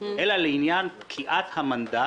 אלא לעניין פקיעת המנדט